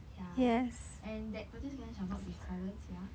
ya and that thirty seconds shall not be silent ya